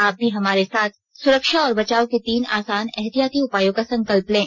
आप भी हमारे साथ सुरक्षा और बचाव के तीन आसान एहतियाती उपायों का संकल्प लें